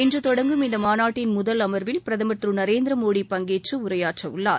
இன்று தொடங்கும் இந்ந மாநாட்டின் முதல் அமர்வில் பிரதமர் திரு நரேந்திரமோடி பங்கேற்று உரையாற்றவுள்ளார்